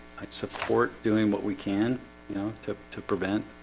i'd support doing what we can you know to to prevent